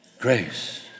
grace